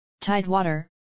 Tidewater